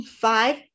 five